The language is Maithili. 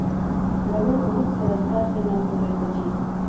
रबड़ बहुत सरलता से नै घुलैत अछि